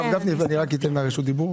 הרב גפני, אני רק אתן לה רשות דיבור?